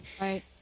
right